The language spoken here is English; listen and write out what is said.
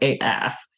AF